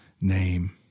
name